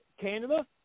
Canada